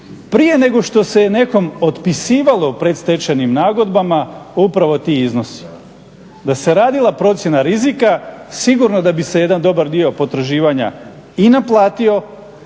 prije nego što se je nekom otpisivalo predstečajnim nagodbama upravo ti iznosi. Da se radila procjena rizika sigurno da bi se jedan dobar dio potraživanja i naplatio,